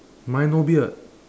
mine no beard